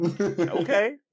okay